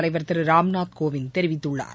தலைவர் திரு ராம்நாத்கோவிந்த் தெரிவித்துள்ளார்